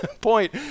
point